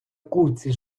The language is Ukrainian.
курці